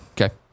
Okay